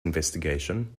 investigation